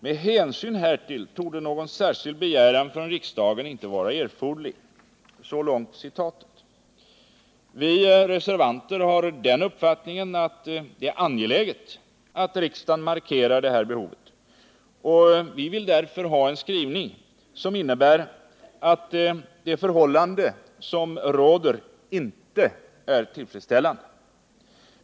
Med hänsyn härtill torde någon särskild begäran från riksdagens sida inte vara erforderlig.” Vi reservanter har den uppfattningen att det är angeläget, att riksdagen markerar det här behovet, och vi vill därför ha en skrivning där det uttalas att det förhållande som råder inte är tillfredsställande.